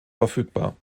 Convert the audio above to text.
verfügbar